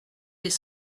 des